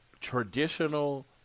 traditional